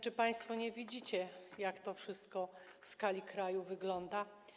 Czy państwo nie widzicie, jak to wszystko w skali kraju wygląda?